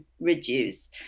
reduce